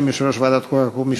בשם יושב-ראש ועדת החוקה,